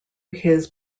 his